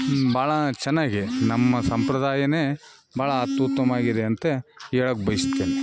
ಭಾಳ ಚೆನ್ನಾಗಿ ನಮ್ಮ ಸಂಪ್ರದಾಯ ಭಾಳ ಅತ್ಯುತ್ತಮ ಆಗಿದ್ಯಂತ ಹೇಳಕ್ ಬಯಸ್ತೀನಿ